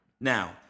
Now